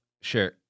sure